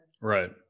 right